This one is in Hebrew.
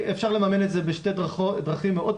אפשר לממן את זה בשתי דרכים מאוד פשוטות: